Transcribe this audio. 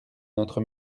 notre